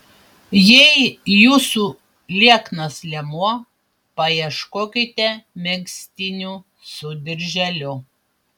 jei jūsų lieknas liemuo paieškokite megztinių su dirželiu